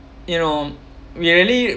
you know really